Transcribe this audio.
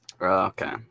Okay